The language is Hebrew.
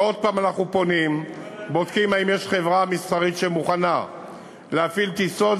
ועוד הפעם אנחנו פונים ובודקים אם יש חברה מסחרית שמוכנה להפעיל טיסות,